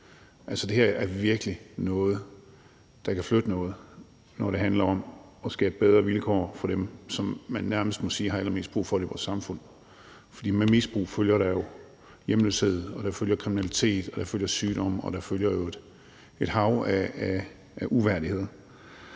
Altså, det her er virkelig noget, der kan flytte noget, når det handler om at skabe bedre vilkår for dem, som man nærmest må sige har allermest brug for det i vores samfund. For med misbrug følger der hjemløshed, der følger kriminalitet, der følger sygdom, og der følger jo et hav af uværdigheder.